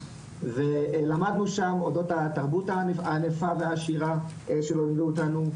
ולמדנו שם אודות התרבות הענפה והעשירה שלא לימדו אותנו,